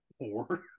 Poor